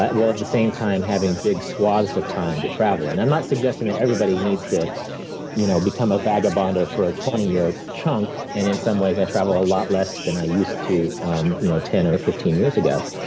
while at the same time having big swaths of time to travel. and i'm not suggesting that everybody needs to you know become a vagabonder for a twenty year chunk, and in some ways i travel a lot less than i used to and you know ten or fifteen years ago.